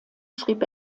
schrieb